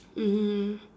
mmhmm